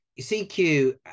CQ